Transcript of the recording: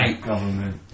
government